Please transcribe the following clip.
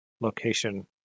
location